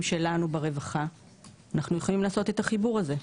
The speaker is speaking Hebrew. שלנו ברווחה אפשר לעשות את החיבור הזה.